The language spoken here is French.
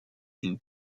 une